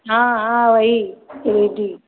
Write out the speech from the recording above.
हाँ हाँ वही एल ई डी